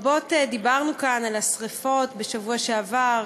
רבות דיברנו כאן על השרפות בשבוע שעבר,